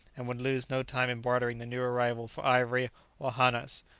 and would lose no time in bartering the new arrival for ivory or hannas,